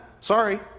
Sorry